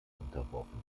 unterworfen